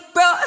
Bro